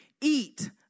eat